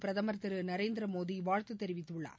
பிரதம் திரு நரேந்திரமோடி வாழ்த்து தெரிவித்துள்ளார்